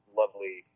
lovely